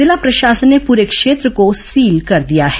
जिला प्रशासन ने पूरे ॅक्षेत्र को सील कर दिया है